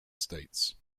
states